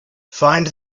find